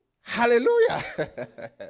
Hallelujah